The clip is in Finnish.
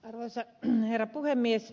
arvoisa herra puhemies